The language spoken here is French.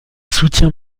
soutient